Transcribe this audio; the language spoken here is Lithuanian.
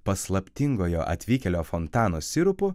paslaptingojo atvykėlio fontano sirupu